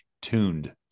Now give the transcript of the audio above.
tuned